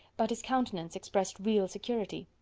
but his countenance expressed real security.